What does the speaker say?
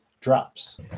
drops